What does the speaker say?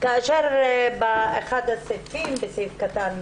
כאשר ניגשים להוציא צו הגנה או צו מניעה,